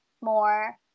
more –